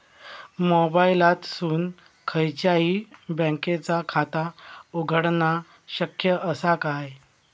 मोबाईलातसून खयच्याई बँकेचा खाता उघडणा शक्य असा काय?